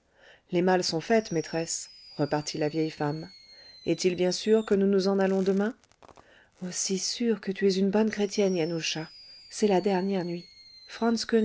les malles sont faites maîtresse repartit la vieille femme est-il bien sûr que nous nous en allons demain aussi sûr que tu es une bonne chrétienne yanusza c'est la dernière nuit franz